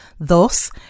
Thus